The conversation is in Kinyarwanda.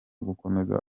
gukomeza